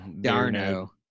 D'Arno